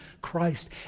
Christ